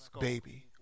Baby